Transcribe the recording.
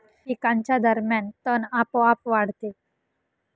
पिकांच्या दरम्यान तण आपोआप वाढते